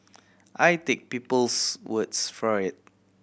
I take people's words for it